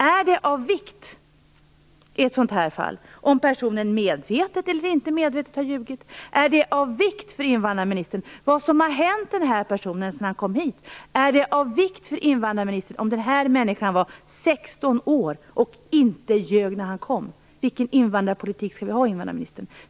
Är det av vikt i ett sådant här fall om personen medvetet eller inte medvetet har ljugit? Är det av vikt för invandrarministern vad som har hänt den här personen sedan han kom hit? Är det av vikt för invandrarministern om den här människan var 16 år och inte ljög när han kom? Vilken invandrarpolitik skall vi ha, invandrarministern?